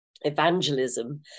evangelism